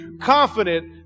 confident